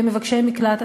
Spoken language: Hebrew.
במבקשי מקלט,